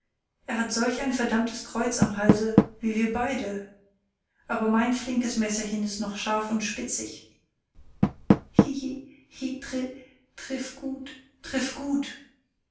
er hat solch ein verdammtes kreuz am halse wie wir beide aber mein flinkes messerchen ist noch scharf und spitzig hi hi hi tri triff gut triff gut